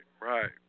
Right